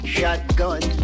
Shotgun